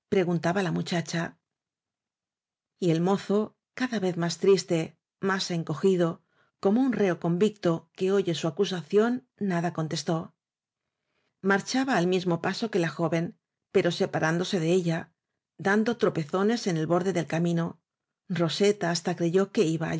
preguntaba la mu chacha y el mozo cada vez más triste más en cogido como un reo convicto que oye su acu sación nada contestó marchaba al mismo paso que la joven pero separándose de ella dando tropezones en el borde del camino roseta hasta creyó que iba